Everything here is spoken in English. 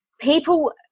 people